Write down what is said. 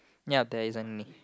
ya there isn't any